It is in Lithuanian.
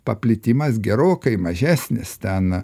paplitimas gerokai mažesnis ten